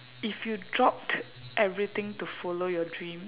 if you dropped everything to follow your dream